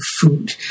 food